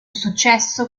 successo